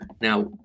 Now